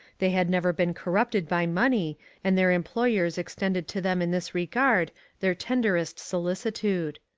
they had never been corrupted by money and their employers extended to them in this regard their tenderest solicitude.